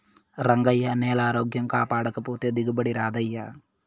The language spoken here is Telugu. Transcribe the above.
రంగయ్యా, నేలారోగ్యం కాపాడకపోతే దిగుబడి రాదయ్యా